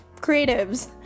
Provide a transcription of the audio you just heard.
creatives